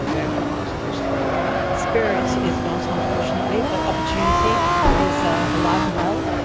ah the actual mars, are they still alive? spirit is not unfortunately, but opportunity is ah alive and well,